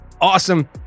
awesome